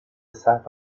sat